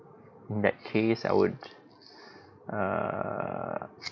in that case I would err